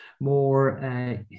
more